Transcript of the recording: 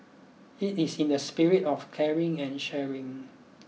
it is in the spirit of caring and sharing